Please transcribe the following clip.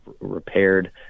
repaired